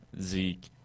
Zeke